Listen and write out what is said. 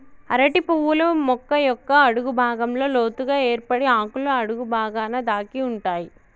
అరటి పువ్వులు మొక్క యొక్క అడుగు భాగంలో లోతుగ ఏర్పడి ఆకుల అడుగు బాగాన దాగి ఉంటాయి